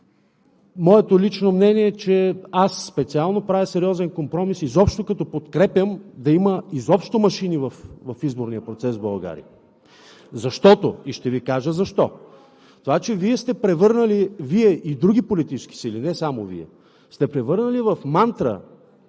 Моето лично мнение, аз специално, правя сериозен компромис изобщо, като подкрепям да има изобщо машини в изборния процес в България и ще Ви кажа защо. Това, че сте превърнали – Вие, и други политически сили, не само Вие, в мантра